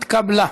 נתקבלה.